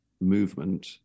movement